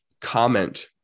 comment